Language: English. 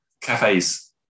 cafes